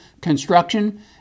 construction